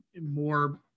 more